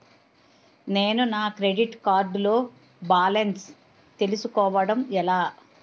నేను నా credit card లో బాలన్స్ తెలుసుకోవడం ఎలా?